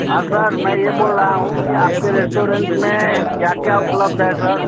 हाँ सर मैं ये बोल रहा हूँ कि आप के रेस्टोरेंट में क्या क्या उपलब्ध है सर